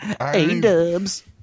A-dubs